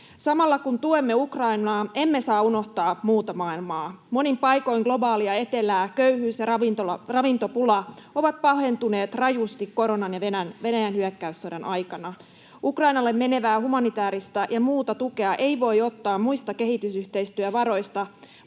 Samalla kun tuemme Ukrainaa, emme saa unohtaa muuta maailmaa. Monin paikoin globaalia etelää köyhyys ja ravintopula ovat pahentuneet rajusti koronan ja Venäjän hyök-käyssodan aikana. Ukrainalle menevää humanitääristä ja muuta tukea ei voi ottaa muista kehitysyhteistyövaroista,